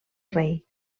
rei